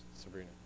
Sabrina